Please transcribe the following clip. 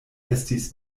estis